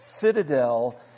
citadel